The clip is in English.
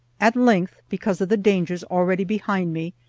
at length, because of the dangers already behind me,